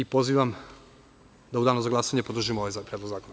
Pozivam da u danu za glasanje podržimo ovaj Predlog zakona.